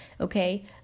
Okay